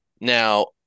Now